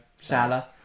Salah